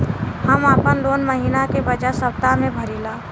हम आपन लोन महिना के बजाय सप्ताह में भरीला